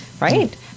right